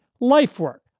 life-work